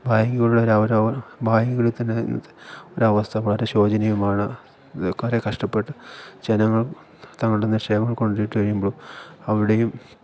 ബാങ്കിലുള്ളവര് ബാങ്കിനുള്ളില് തന്നെ ഇന്നത്തെ ഒരവസ്ഥ വളരെ ശോചനീയമാണ് കുറേ കഷ്ടപ്പെട്ട് ജനങ്ങൾ തങ്ങളുടെ നിക്ഷേപങ്ങൾ കൊണ്ടിട്ടുകഴിയുമ്പോള് അവിടെയും